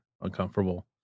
uncomfortable